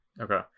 Okay